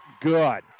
Good